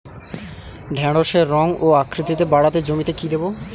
ঢেঁড়সের রং ও আকৃতিতে বাড়াতে জমিতে কি দেবো?